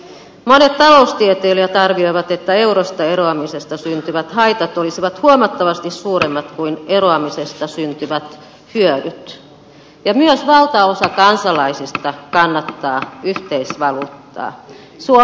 monet taloustieteilijät arvioivat että eurosta eroamisesta syntyvät haitat olisivat huomattavasti suuremmat kuin eroamisesta syntyvät hyödyt ja myös valtaosa kansalaisista kannattaa yhteisvaluuttaa